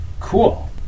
Cool